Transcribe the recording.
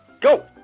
go